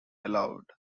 allowed